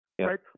right